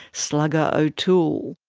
slugger o'toole.